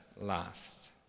last